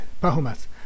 performance